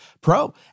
pro